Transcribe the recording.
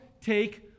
take